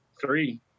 three